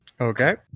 Okay